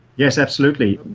yes, absolutely.